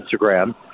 Instagram